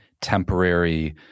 temporary